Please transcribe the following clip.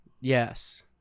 Yes